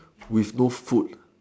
with no food